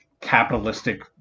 capitalistic